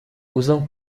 usam